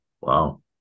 Wow